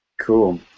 Cool